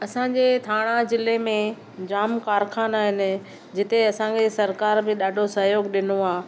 असां जे थाणा ज़िले में जाम कारखाना आहिनि जिते असां खे सरकार बि ॾाढो सहयोग ॾिनो आहे